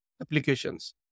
applications